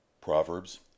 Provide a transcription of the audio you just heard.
Proverbs